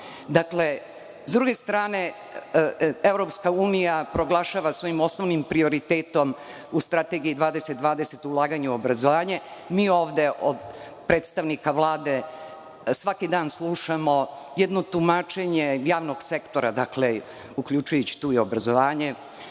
planu. Sa druge strane, EU proglašava svojim osnovnim prioritetom u Strategiji 2020 ulaganje u obrazovanje. Mi ovde od predstavnika Vlade svaki dan slušamo jedno tumačenje javnog sektora, uključujući tu i obrazovanje,